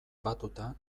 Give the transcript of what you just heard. batuta